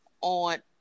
on